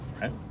right